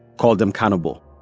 call them cannibal.